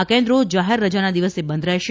આ કેન્દ્રો જાહેરરજાના દિવસે બંધ રહેશે